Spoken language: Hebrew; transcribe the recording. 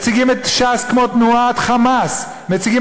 מציגים את ש"ס כמו תנועת "חמאס"; מציגים